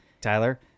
Tyler